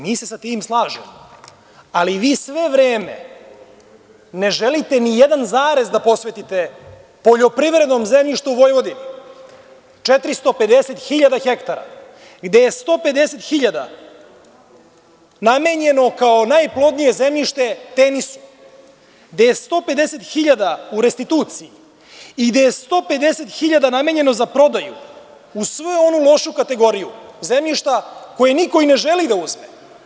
Mi se sa tim slažemo, ali vi sve vreme ne želite ni jedan zarez da posvetite poljoprivrednom zemljištu Vojvodine, 450.000 hektara gde je 150.000 namenjeno kao najplodnije zemljište Tenisu, gde je 150.000 u restituciji i gde je 150.000 namenjeno za prodaju, u sve onu lošu kategoriju zemljišta koje niko i ne želi da uzme.